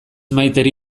maiteri